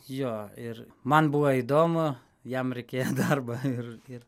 jo ir man buvo įdomu jam reikėjo darbą ir ir